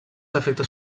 efectes